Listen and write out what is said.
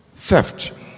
theft